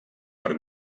per